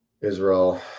israel